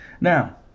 Now